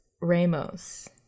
Ramos